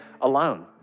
alone